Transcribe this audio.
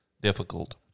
difficult